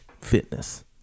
fitness